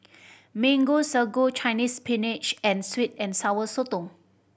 Mango Sago Chinese Spinach and sweet and Sour Sotong